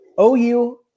OU